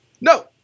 No